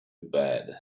bed